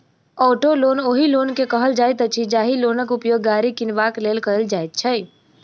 auto loan ओहि loan के कहल जाइत अछि, जाहि लोनक उपयोग गाड़ी किनबाक लेल कयल जाइत छै